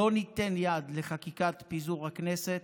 לא ניתן יד לחקיקת פיזור הכנסת.